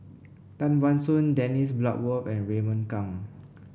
Tan Ban Soon Dennis Bloodworth and Raymond Kang